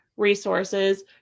resources